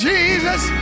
Jesus